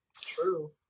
True